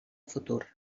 futur